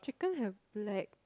chicken have no hair